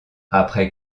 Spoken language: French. après